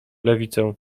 lewicę